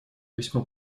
весьма